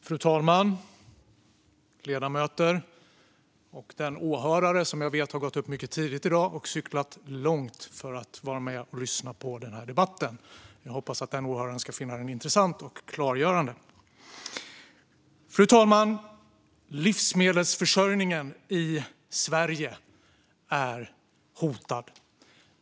Fru talman, ledamöter och den åhörare som jag vet har gått upp mycket tidigt i dag och cyklat långt för att vara med och lyssna på den här debatten! Jag hoppas att den åhöraren ska finna den intressant och klargörande. Fru talman! Livsmedelsförsörjningen i Sverige är hotad.